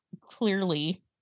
clearly